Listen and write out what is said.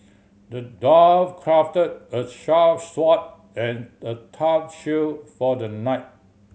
the dwarf crafted a sharp sword and a tough shield for the knight